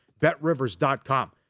BetRivers.com